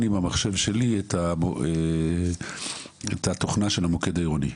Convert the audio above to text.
לי במחשב שלי את התוכנה של המוקד העירוני.